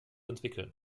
entwickeln